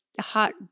hot